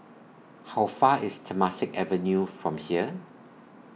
How Far IS Temasek Avenue from here